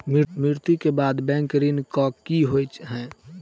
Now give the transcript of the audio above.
मृत्यु कऽ बाद बैंक ऋण कऽ की होइ है?